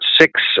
six